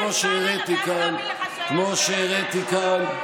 כמו שהראיתי כאן,